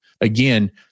Again